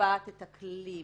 וקובעת את הכללים.